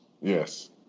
Yes